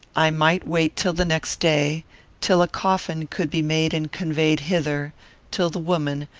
i might wait till the next day till a coffin could be made and conveyed hither till the woman,